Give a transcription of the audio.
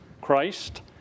Christ